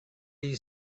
you